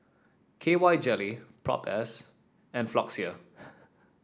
K Y Jelly Propass and Floxia